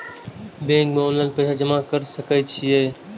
Bank में online पैसा जमा कर सके छीये?